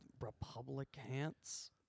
Republicans